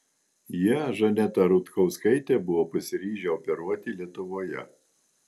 jie žanetą rutkauskaitę buvo pasiryžę operuoti lietuvoje